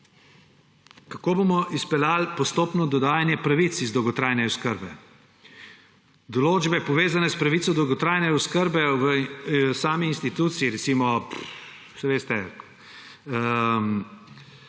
Kako bomo izpeljali postopno dodajanje pravic iz dolgotrajne oskrbe? Določbe, povezane s pravico do dolgotrajne oskrbe v sami instituciji recimo, saj veste,